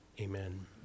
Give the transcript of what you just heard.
amen